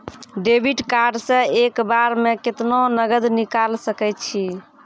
Debit card से एक बार मे केतना नगद निकाल सके छी?